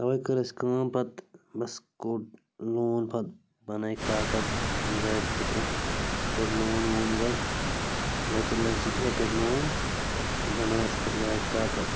تَوَے کٔر اَسہِ کٲم پَتہٕ بَس کوٚڑ لون پَتہٕ بَنٲے کاکَد گاڑِ خٲطرٕ کوٚڑ لون وون گۄڈٕ رۄپیہِ لَچھ زٕ ترٛےٚ کٔڑۍ لون تہٕ بنٲے اَسہِ پَتہٕ گاڑِ کاکَد